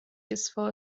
useful